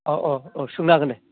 औ औ औ सोंनो हागोन दे